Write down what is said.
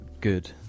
Good